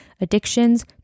addictions